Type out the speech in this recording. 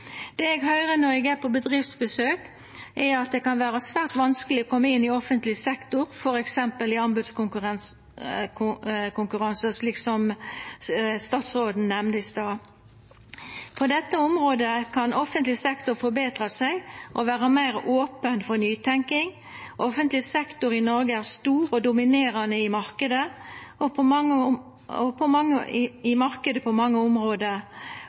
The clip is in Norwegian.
Det eg høyrer når eg er på bedriftsbesøk, er at det kan vera svært vanskeleg å koma inn i offentleg sektor, f.eks. i anbodskonkurransar, som statsråden nemnde i stad. På dette området kan offentleg sektor forbetra seg og vera meir open for nytenking. Offentleg sektor i Noreg er stor og dominerande i marknaden på mange område, og må ta ansvar for at fleire får sjansen til kontraktar. I vår iver etter å koma i